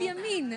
למניינם,